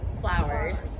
flowers